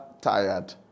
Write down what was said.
tired